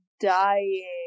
dying